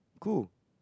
cool